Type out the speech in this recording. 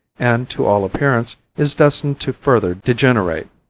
and, to all appearance, is destined to further degenerate.